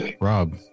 Rob